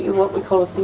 what we call